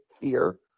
fear